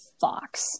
fox